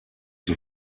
can